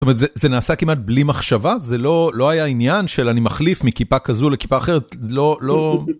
זה נעשה כמעט בלי מחשבה? זה לא, לא היה עניין של אני מחליף מכיפה כזו לכיפה אחרת? לא, לא.